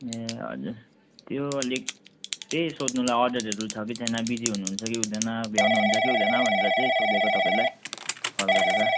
ए हजुर यो अलिक त्यही सोध्नुलाई अडरहरू छ कि छैन बिजी हुनु हुन्छ कि हुँदैन भ्याउनु हुन्छ कि हुँदैन भनेर चाहिँ सोधेको तपाईँलाई कल गरेर